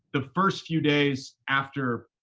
the first few days after,